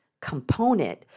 component